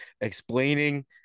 explaining